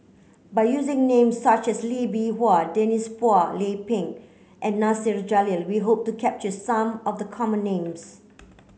by using names such as Lee Bee Wah Denise Phua Lay Peng and Nasir Jalil we hope to capture some of the common names